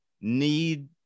need